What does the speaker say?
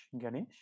Ganesh